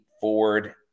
Ford